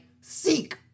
seek